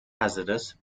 hazardous